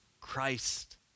Christ